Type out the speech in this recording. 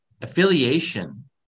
affiliation